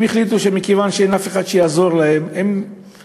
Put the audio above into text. הם החליטו שמכיוון שאין אף אחד שיעזור להם, הם